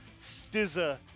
Stizza